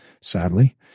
sadly